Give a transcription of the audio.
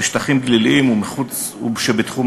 בשטחים גליליים שמחוץ לתחום